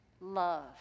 love